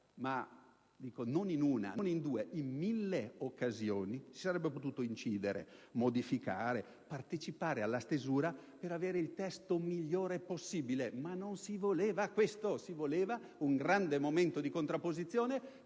‑ non in una, non in due, ma in mille occasioni ‑ si sarebbe potuto incidere, modificare, partecipare alla stesura per rendere il testo migliore possibile. Non si voleva questo, ma si voleva un grande momento di contrapposizione,